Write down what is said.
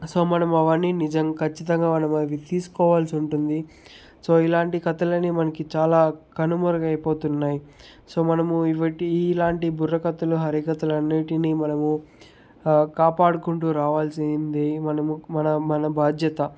so మనం అవన్నీ నిజం ఖచ్చితంగా మనం అవి తీసుకోవాలిసి ఉంటుంది సో ఇలాంటి కథలని మనకి చాలా కనుమరుగైపోతున్నాయి సో మనము ఇవిటి ఇలాంటి బుర్రకథలు హరికథలన్నింటినీ మనము కాపాడుకుంటూ రావాలిసింది మనము మన బాధ్యత